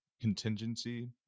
contingency